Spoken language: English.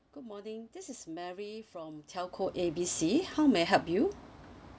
good morning this is mary from telco A B C how may I help you